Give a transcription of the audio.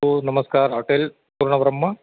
हो नमस्कार हॉटेल पूर्णब्रम्ह